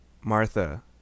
Martha